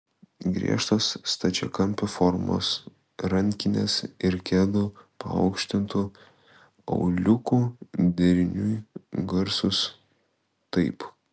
griežtos stačiakampio formos rankinės ir kedų paaukštintu auliuku deriniui garsus taip